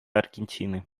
аргентины